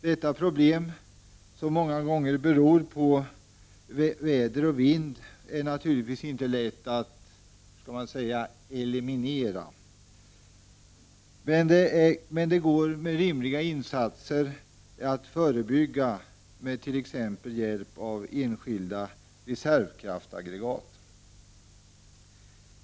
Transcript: Detta problem, som många gånger beror på väder och vind, är naturligtvis inte lätt att eliminera, men det går med rimliga insatser att förebygga med t.ex. hjälp av enskilda reservkraftaggregat.